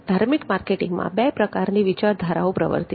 ધાર્મિક માર્કેટિંગમાં બે પ્રકારની વિચારધારાઓ પ્રવર્તે છે